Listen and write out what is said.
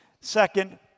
Second